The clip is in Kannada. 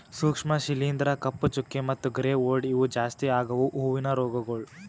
ಸೂಕ್ಷ್ಮ ಶಿಲೀಂಧ್ರ, ಕಪ್ಪು ಚುಕ್ಕಿ ಮತ್ತ ಗ್ರೇ ಮೋಲ್ಡ್ ಇವು ಜಾಸ್ತಿ ಆಗವು ಹೂವಿನ ರೋಗಗೊಳ್